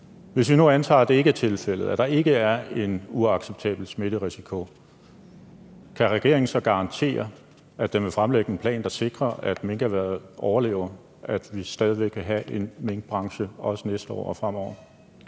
Hvis vi nu antager, at det ikke er tilfældet, at der ikke er en uacceptabel smitterisiko, kan regeringen så garantere, at den vil fremlægge en plan, der sikrer, at minkerhvervet overlever, så vi vil have en minkbranche også næste år og fremover?